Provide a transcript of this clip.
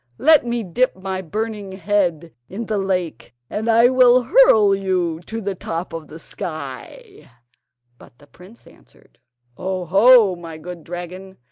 let me dip my burning head in the lake, and i will hurl you to the top of the sky but the prince answered oh, ho! my good dragon,